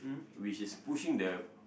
which is pushing the